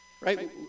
right